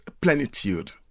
plenitude